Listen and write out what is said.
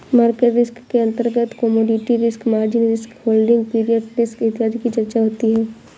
market risk के अंतर्गत commodity risk, margin risk, holding period risk इत्यादि की चर्चा होती है